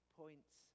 points